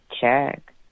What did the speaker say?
check